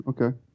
Okay